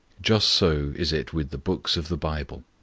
just so is it with the books of the bible.